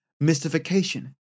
mystification